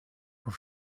were